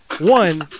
one